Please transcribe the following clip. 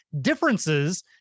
differences